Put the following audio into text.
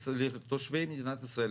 לתושבי מדינת ישראל,